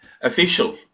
official